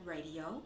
Radio